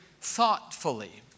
thoughtfully